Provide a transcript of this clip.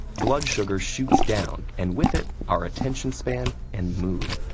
blood sugar shoots down, and with it, our attention span and mood.